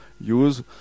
use